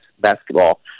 basketball